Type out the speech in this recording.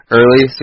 Early